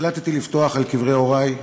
החלטתי לפתוח על קברי הורי,